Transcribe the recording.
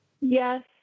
Yes